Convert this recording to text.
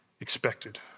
expected